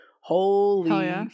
Holy